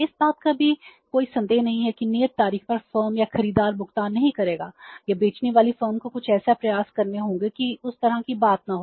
इस बात का भी कोई संदेह नहीं है कि नियत तारीख पर फर्म या खरीदार भुगतान नहीं करेगा या बेचने वाली फर्म को कुछ ऐसे प्रयास करने होंगे कि उस तरह की बात न हो